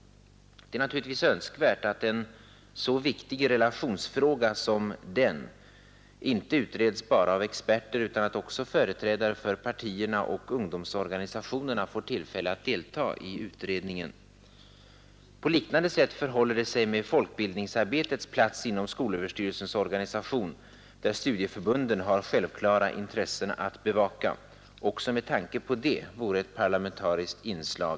Det är naturligtvis önskvärt att en så viktig relationsfråga som denna inte utreds bara av experter, utan att också företrädare för partierna och ungdomsorganisationerna får tillfälle att delta i utredningen. På liknande sätt förhåller det sig med folkbildningsarbetets plats inom skolöverstyrelsens organisation, där studieförbunden har självklara intressen att bevaka. Också med tanke på det vore ett parlamentariskt inslag